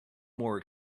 more